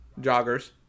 joggers